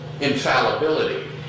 infallibility